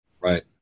Right